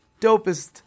dopest